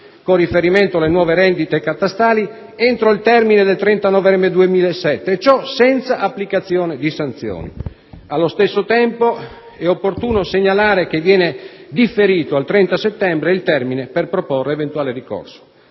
con riferimento alle nuove rendite catastali, entro il termine del 30 novembre 2007 e ciò senza applicazione di sanzioni. Allo stesso tempo, è opportuno segnalare che viene differito al 30 settembre il termine per proporre eventuale ricorso.